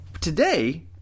today